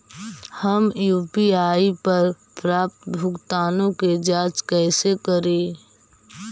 हम यु.पी.आई पर प्राप्त भुगतानों के जांच कैसे करी?